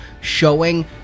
showing